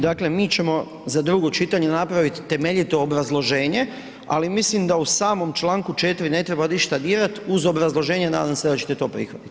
Dakle, mi ćemo za drugo čitanje napraviti temeljito obrazloženje, ali mislim da u samom čl. 4. ne treba ništa dirati uz obrazloženje, nadam se da ćete to prihvatiti.